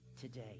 today